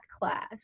class